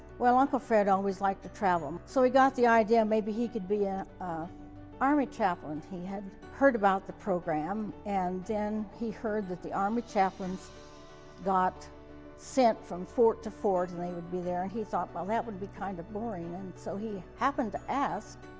well uncle fred always liked to travel, um so he got the idea maybe he could be an ah ah army chaplain. he had heard about the program, and then he heard that the army chaplains got sent from fort to fort, and they would be there. and he thought, well that would be kind of boring. and so, he happened to ask,